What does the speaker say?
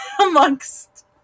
amongst